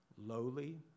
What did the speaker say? Lowly